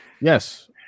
yes